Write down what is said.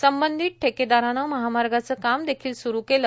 संबंधित ठेकेदाराने महामार्गाचे काम देखील सूरू केले